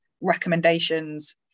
recommendations